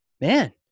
man